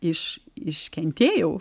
iš iškentėjau